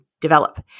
develop